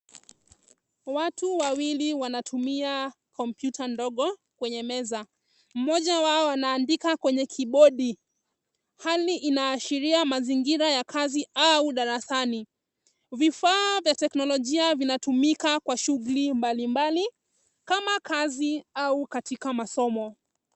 Watu wawili wanatumia kompyuta ndogo kwenye meza. Mmoja wao anaandika kwenye kibodi. Hali inaashiria mazingira ya kazi au darasani. Vifaa vya teknolojia vinatumika kwa shughuli mbalimbali kama kazi au katika masomo.